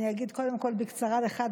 אני אגיד קודם כול בקצרה לך,